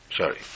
Sorry